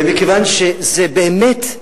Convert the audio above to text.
ומכיוון שבאמת,